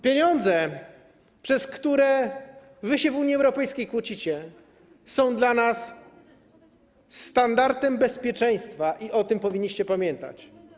Pieniądze, przez które wy się w Unii Europejskiej kłócicie, są dla nas standardem bezpieczeństwa, i o tym powinniście pamiętać.